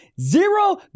Zero